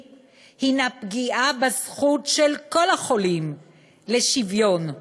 הנה פגיעה בזכות של כל החולים לשוויון,